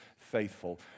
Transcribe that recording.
faithful